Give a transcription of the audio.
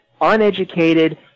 uneducated